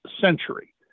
century